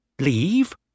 Leave